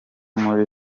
muri